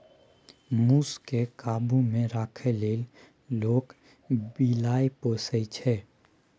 मुस केँ काबु मे राखै लेल लोक बिलाइ पोसय छै